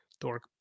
dork